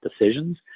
decisions